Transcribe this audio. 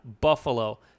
Buffalo